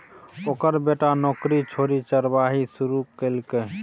ओकर बेटा नौकरी छोड़ि चरवाही शुरू केलकै